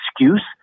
excuse